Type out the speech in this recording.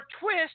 twist